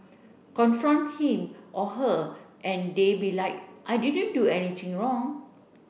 confront him or her and they be like I didn't do anything wrong